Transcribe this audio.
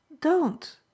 Don't